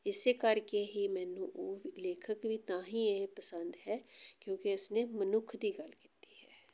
ਇਸ ਕਰਕੇ ਹੀ ਮੈਨੂੰ ਉਹ ਲੇਖਕ ਵੀ ਤਾਂ ਹੀ ਇਹ ਪਸੰਦ ਹੈ ਕਿਉਂਕਿ ਇਸਨੇ ਮਨੁੱਖ ਦੀ ਗੱਲ ਕੀਤੀ ਹੈ